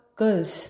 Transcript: girls